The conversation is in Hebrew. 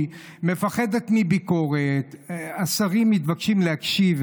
מפחדת מביקורת, השרים מתבקשים להקשיב.